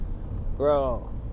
Bro